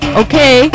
okay